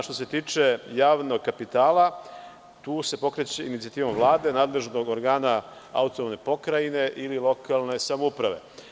Što se tiče javnog kapitala, tu se pokreće inicijativa Vlade, nadležnog organa AP ili lokalne samouprave.